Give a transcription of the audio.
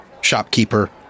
shopkeeper